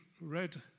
read